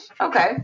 Okay